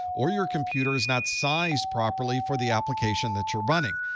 or your computer is not sized properly for the application that you're running.